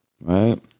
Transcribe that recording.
Right